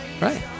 Right